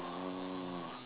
oh